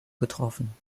getroffen